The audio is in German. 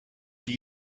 die